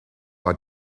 are